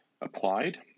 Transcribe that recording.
applied